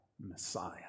Messiah